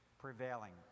prevailing